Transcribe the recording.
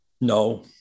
No